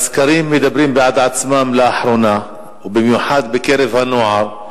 והסקרים מדברים בעד עצמם לאחרונה ובמיוחד בקרב הנוער,